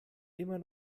immer